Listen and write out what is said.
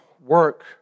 work